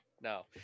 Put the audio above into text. No